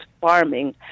farming